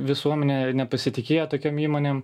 visuomenę nepasitikėjo tokiom įmonėm